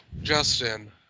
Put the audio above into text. Justin